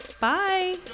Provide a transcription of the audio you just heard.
bye